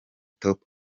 top